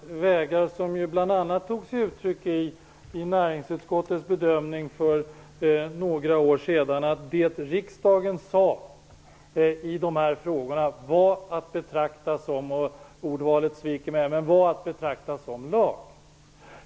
Det tog sig bl.a. uttryck i näringsutskottets bedömning för några år sedan, nämligen att det som riksdagen sade i dessa frågor var att betrakta som lag.